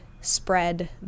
spread